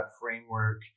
framework